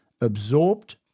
absorbed